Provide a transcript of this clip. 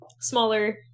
smaller